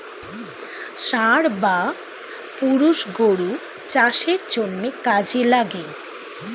ষাঁড় বা পুরুষ গরু চাষের জন্যে কাজে লাগে